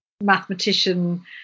mathematician